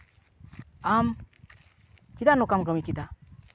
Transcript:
ᱟᱢ ᱪᱮᱫᱟᱜ ᱱᱚᱝᱠᱟᱢ ᱠᱟᱹᱢᱤ ᱠᱮᱫᱟ